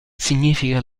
significa